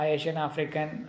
Asian-African